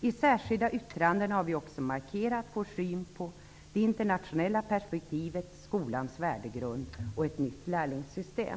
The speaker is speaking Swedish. I särskilda yttranden har vi också markerat vår syn på det internationella perspektivet, skolans värdegrund och ett nytt lärlingssystem.